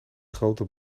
grote